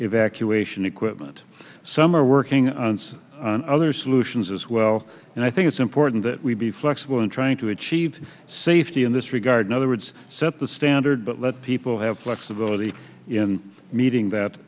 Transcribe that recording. evacuation equipment some are working on other solutions as well and i think it's important that we be flexible in trying to achieve safety in this regard in other words set the standard but let people have flexibility in meeting that